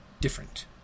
different